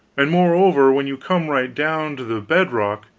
and, moreover, when you come right down to the bedrock,